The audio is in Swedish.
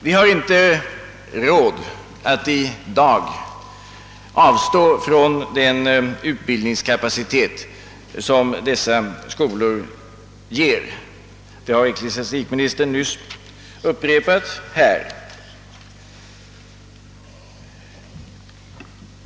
Vi har inte råd att i dag avstå från den utbildningskapacitet som dessa skolor ger — det har ecklesistikministern nyss upprepat här.